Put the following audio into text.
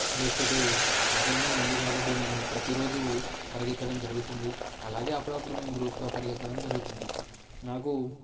లేకపోతే ప్రాధాన్యం ఉంది కాబట్టి నేను ప్రతిరోజు పరిగెత్తడం జరుగుతుంది అలాగే అప్పుడప్పుడు మేం గ్రూప్గా పరిగెత్తడం జరుగుతుంది నాకు